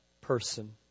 person